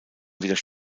wird